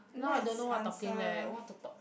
now I don't know what talking leh what to talk